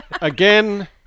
Again